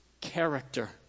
character